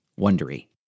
Wondery